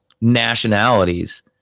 nationalities